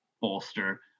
bolster